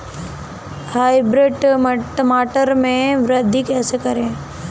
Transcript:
Hybrid टमाटर में वृद्धि कैसे करें?